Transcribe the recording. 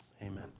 Amen